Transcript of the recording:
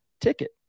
ticket